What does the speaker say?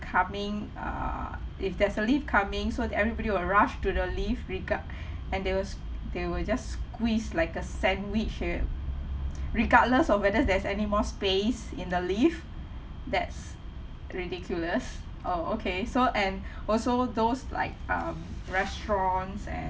coming err if there's a lift coming so everybody will rush to the lift regard and they will s~ they will just squeezed like a sandwich here regardless of whether there's any more space in the lift that's ridiculous oh okay so and also those like um restaurants and